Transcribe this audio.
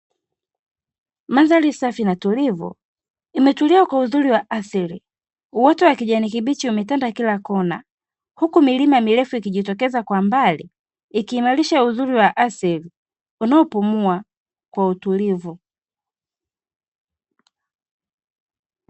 Mandhari safi na tulivu, imetulia kwa uzuri wa asili. Uoto wa kijani kibichi umetanda kila kona, huku milima mirefu ikijitokeza kwa mbali, ikiimarisha uzuri wa asili, unaopumua kwa utulivu.